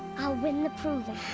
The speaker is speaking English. i'll win the proving.